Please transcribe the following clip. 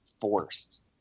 forced